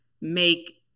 make